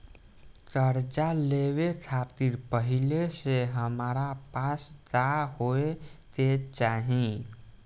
कर्जा लेवे खातिर पहिले से हमरा पास का होए के चाही?